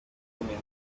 ukomeye